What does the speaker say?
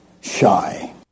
shy